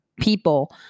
people